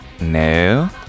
No